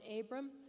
Abram